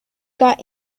got